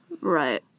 Right